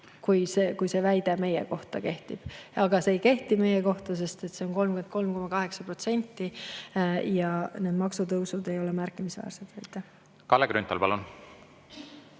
kui see väide meie kohta kehtib. Aga see ei kehti meie kohta, sest see on 33,8%. Ja need maksutõusud ei ole märkimisväärsed. Kalle Grünthal, palun!